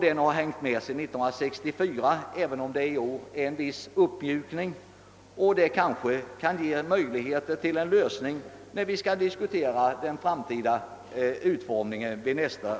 Den har hängt med sedan 1964, även om det i år märks en viss uppmjukning. Förslagen i reservationen 10 kanske kan tas upp när vi vid nästa års riksdag skall diskutera den framtida utformningen av lokaliseringspolitiken.